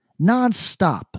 nonstop